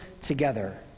together